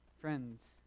Friends